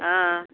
ஆஆ